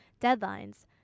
deadlines